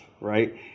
Right